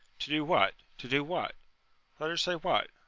to do what? to do what? let her say what.